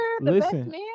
Listen